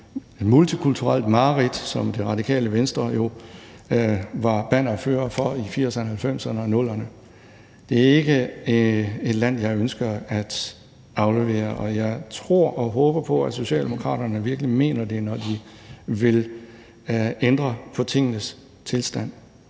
et multikulturelt mareridt, som Det Radikale Venstre jo var bannerfører for i 1980'erne, 1990'erne og i 00'erne. Det er ikke et land, jeg ønsker at aflevere, og jeg tror og håber på, at Socialdemokraterne virkelig mener det, når de vil ændre på tingenes tilstand.